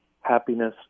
happiness